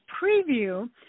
preview